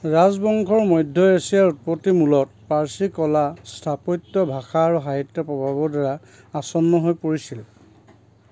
ৰাজবংশৰ মধ্য এছিয়াৰ উৎপত্তি মূলতঃ পাৰ্চী কলা স্থাপত্য ভাষা আৰু সাহিত্যৰ প্ৰভাৱৰ দ্বাৰা আচ্ছন্ন হৈ পৰিছিল